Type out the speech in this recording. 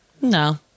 No